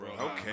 Okay